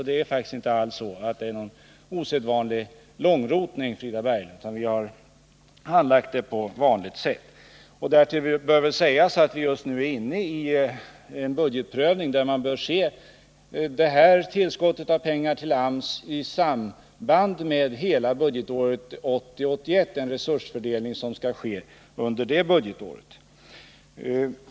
Det har faktiskt inte alls varit någon osedvanlig långrotning, Frida Berglund, utan vi har handlagt ärendet på vanligt sätt. Därtill bör sägas att vi just nu är inne i en budgetprövning, där man bör se detta tillskott av pengar till AMS i samband med hela budgetarbetet 1980/81 och den resursfördelning som skall ske under det budgetåret.